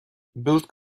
build